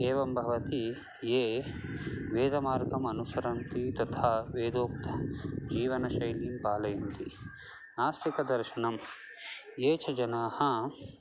एवं भवति ये वेदमार्गम् अनुसरन्ति तथा वेदोक्तजीवनशैलीं पालयन्ति नास्तिकदर्शनं ये च जनाः